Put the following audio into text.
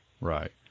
Right